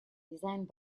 designed